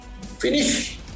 finish